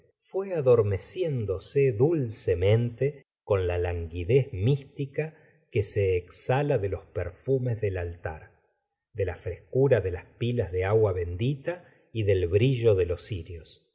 bronce fué adormeciéndose dulcemente con la languidez mística que se exhala de los perfumes del altar de la frescura de las pilas de agua bendita y del brillo de los cirios